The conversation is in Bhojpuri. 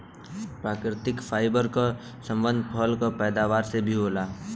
प्राकृतिक फाइबर क संबंध फल क पैदावार से भी होला